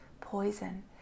poison